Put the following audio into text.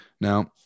Now